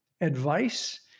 advice